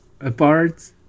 Apart